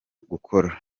gukora